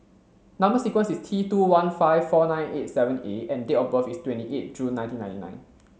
number sequence is T two one five four nine eight seven A and date of birth is twenty eight June nineteen ninety nine